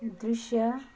दृश्य